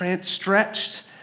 stretched